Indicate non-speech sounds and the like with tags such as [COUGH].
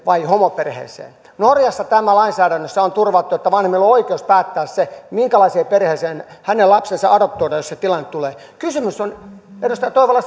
vai homoperheeseen norjassa tämä lainsäädännössä on turvattu että vanhemmilla on oikeus päättää minkälaiseen perheeseen heidän lapsensa adoptoidaan jos se tilanne tulee kysymys on edustaja toivola [UNINTELLIGIBLE]